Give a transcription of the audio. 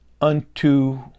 unto